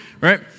right